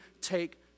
take